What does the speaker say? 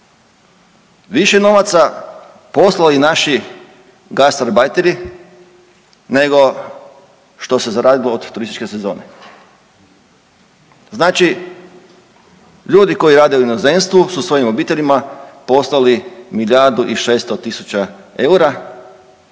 više novaca poslali naši gastarbajteri nego što se zaradilo od turističke sezone. Znači ljudi koji rade u inozemstvu su svojim obiteljima poslali milijardi